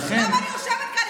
למה אני יושבת כאן,